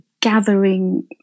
gathering